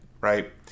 right